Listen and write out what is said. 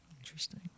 Interesting